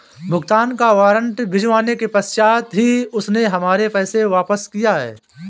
भुगतान का वारंट भिजवाने के पश्चात ही उसने हमारे पैसे वापिस किया हैं